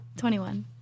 21